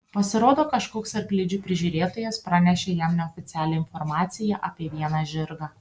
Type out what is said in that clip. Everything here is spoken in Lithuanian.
pasirodo kažkoks arklidžių prižiūrėtojas pranešė jam neoficialią informaciją apie vieną žirgą